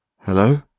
Hello